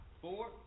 four